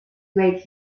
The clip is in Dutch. kwijt